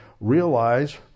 realize